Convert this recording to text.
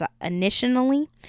initially